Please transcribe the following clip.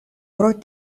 pro